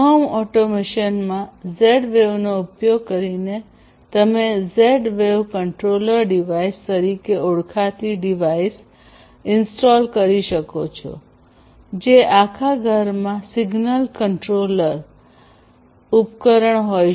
home ઓટોમેશનમાં Z વેવનો ઉપયોગ કરીને તમે ઝેડ વેવ કંટ્રોલર ડિવાઇસ તરીકે ઓળખાતી ડિવાઇસ ઉપકરણ ઇન્સ્ટોલ કરી શકો છો જે આખા ઘરમાં સિંગલ કંટ્રોલર એકલ નિયંત્રક ઉપકરણ હોઈ શકે છે